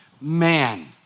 man